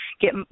get